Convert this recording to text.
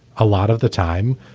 a lot of the time.